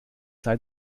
sei